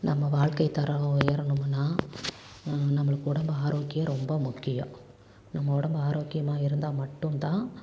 நம்ம வாழ்க்கைத்தரம் உயரணும்னால் நம்மளுக்கு உடம்பு ஆரோக்கியம் ரொம்ப முக்கியம் நம்ம உடம்பு ஆரோக்கியமாக இருந்தால் மட்டும் தான்